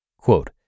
Quote